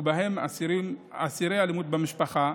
ובהם אסירי אלימות במשפחה,